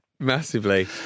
Massively